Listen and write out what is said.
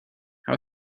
how